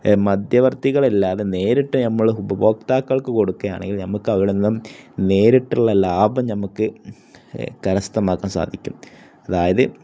മധ്യവർത്തികളല്ലാതെ നേരിട്ട് നമ്മൾ ഉപഭോക്താക്കൾക്ക് കൊടുക്കുകയാണെങ്കിൽ നമുക്ക് അവിടെ നിന്നും നേരിട്ടുള്ള ലാഭം നമുക്ക് കരസ്ഥമാക്കാൻ സാധിക്കും അതായത്